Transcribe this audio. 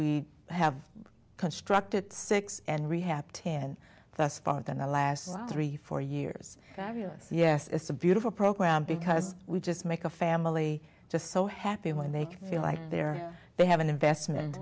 we have constructed six and rehab ten thus far than the last three four years so yes it's a beautiful program because we just make a family just so happy when they can feel like they're they have an investment